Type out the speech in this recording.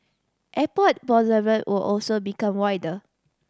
Airport Boulevard will also become wider